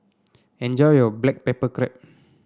enjoy your Black Pepper Crab